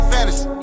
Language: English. Fantasy